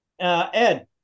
Ed